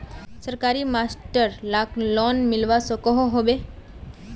सरकारी master lakh loan मिलवा सकोहो होबे?